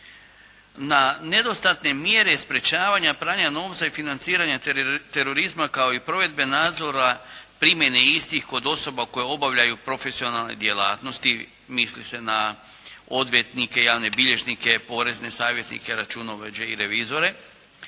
na nedostatne mjere sprječavanja pranja novca i financiranja terorizma kao i provedbe nadzora primjene istih kod osoba koje obavljaju profesionalne djelatnosti, misli se na odvjetnike, javne bilježnike, porezne savjetnika, računovođe i revizore